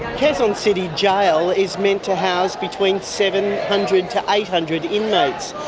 quezon city jail is meant to house between seven hundred to eight hundred inmates.